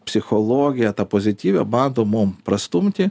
psichologiją tą pozityvią bando mum prastumti